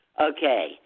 Okay